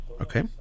okay